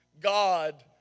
God